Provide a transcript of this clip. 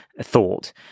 thought